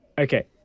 okay